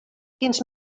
quins